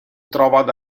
trovava